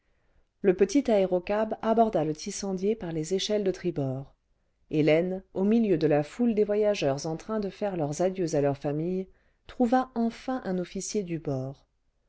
le petit aérocab aborda le tissandiee par les échelles de tribord hélène au milieu de la foule des voyageurs en train de faire leurs adieux à leurs familles trouva enfin un officier du bord